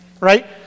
right